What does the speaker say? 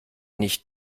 nicht